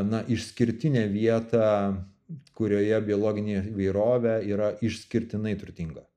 na išskirtinę vietą kurioje biologinė įvairovė yra išskirtinai turtinga